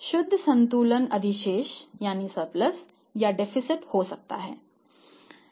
शुद्ध संतुलन अधिशेष हो सकता है